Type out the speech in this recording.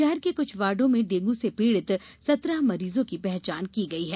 शहर के कुछ वार्डो में डेंगू से पीड़ित सतरह मरीजों की पहचान की गई है